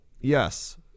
Yes